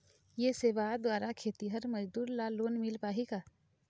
ये सेवा द्वारा खेतीहर मजदूर ला लोन मिल पाही का?